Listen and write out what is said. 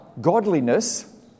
godliness